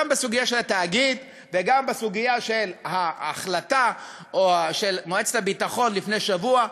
גם בסוגיה של התאגיד וגם בסוגיה של ההחלטה של מועצת הביטחון לפני שבוע,